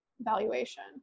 valuation